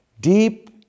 Deep